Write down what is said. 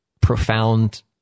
profound